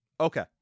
Okay